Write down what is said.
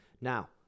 Now